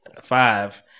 Five